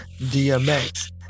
DMX